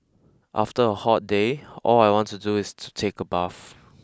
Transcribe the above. after a hot day all I want to do is to take a bath